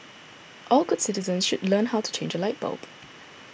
all good citizens should learn how to change a light bulb